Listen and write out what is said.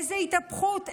איזה התהפכות,